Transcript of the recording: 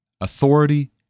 authority